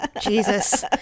Jesus